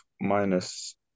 minus